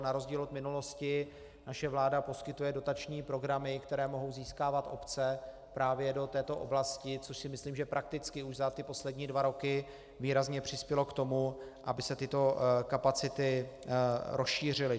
Na rozdíl od minulosti naše vláda poskytuje dotační programy, které mohou získávat obce právě do této oblasti, což si myslím, že prakticky už za ty poslední dva roky výrazně přispělo k tomu, aby se tyto kapacity rozšířily.